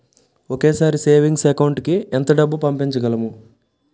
ఒకేసారి savings account కి ఎంత డబ్బు పంపించగలము?